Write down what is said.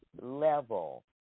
level